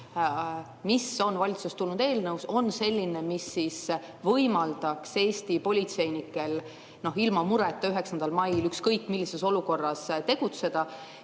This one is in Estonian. mis on valitsusest tulnud eelnõus, on selline, mis võimaldaks Eesti politseinikel ilma mureta 9. mail ükskõik millises olukorras tegutseda?